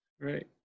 Right